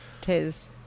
tis